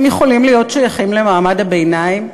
הם יכולים להיות שייכים למעמד הביניים,